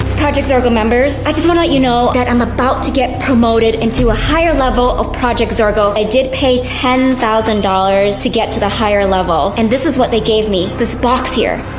project zorgo members. i just want to let you know that i'm about to get promoted into a higher level of project zorgo. i did pay ten thousand dollars to get to the higher level and this is what they gave me. this box here.